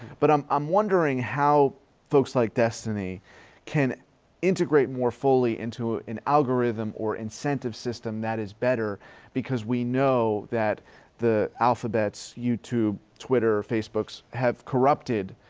but i'm i'm wondering how folks like destiny can integrate more fully into an algorithm or incentive system that is better because we know that the alphabets, youtube, twitter, facebooks have corrupted